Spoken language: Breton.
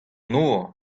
nor